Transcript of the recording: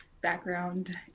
background